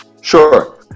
sure